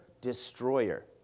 destroyer